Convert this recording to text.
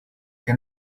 que